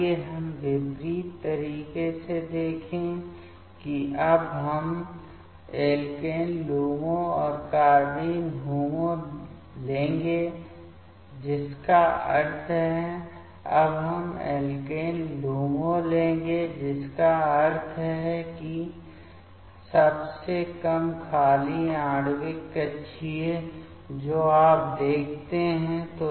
आइए हम विपरीत तरीके से देखें कि अब हम एल्केन LUMO और कार्बाइन HOMO लेंगे जिसका अर्थ है अब हम एल्केन LUMO लेंगे जिसका अर्थ है कि सबसे कम खाली आणविक कक्षीय जो आप देखते हैं